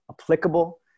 applicable